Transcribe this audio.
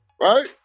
right